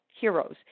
heroes